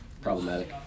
Problematic